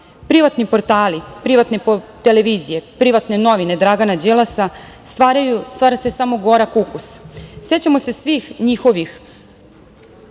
privatni portali, privatne televizije, privatne novine Dragana Đilasa stvaraju samo gorak ukus. Sećamo se svih njihovih